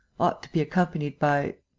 ought to be accompanied by.